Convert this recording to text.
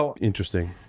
interesting